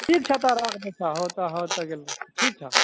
ठीक छऽ तऽ राखि दय छऽ हऽ तऽ हो तऽ गेलौ ठीक छऽ